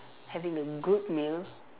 having a good meal